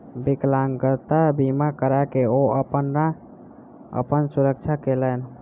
विकलांगता बीमा करा के ओ अपन सुरक्षा केलैन